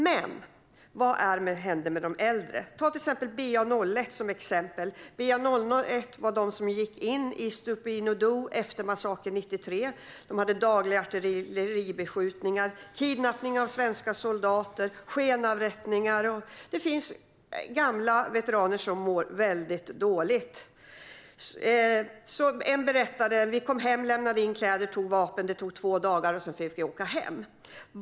Men vad händer med de äldre? Ta BA01 som exempel: BA01 var den bataljon som gick in i Stupni Do efter massakern 1993. De upplevde dagliga artilleribeskjutningar, kidnappning av svenska soldater och skenavrättningar, och det finns gamla veteraner som mår väldigt dåligt. En berättade: Vi kom hem, lämnade in vapen och kläder. Det tog två dagar, och sedan fick vi åka hem.